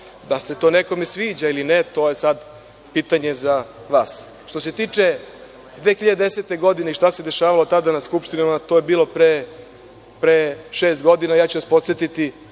li se to nekome sviđa ili ne, to je sada pitanje za vas. Što se tiče 2010. godine i šta se dešavalo tada na skupštinama, to je bilo pre šest godina, ja ću da vas podsetim